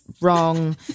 wrong